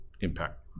impact